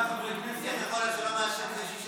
איך יכול להיות שלא מאשרים אם זה שישה?